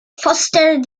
fostered